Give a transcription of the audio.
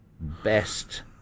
best